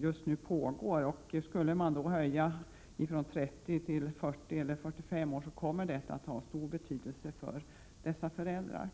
just nu pågår. Skulle man då höja gränsen för full pension från 30 år till 40 eller 45 år kommer det att ha stor betydelse för dessa föräldrar.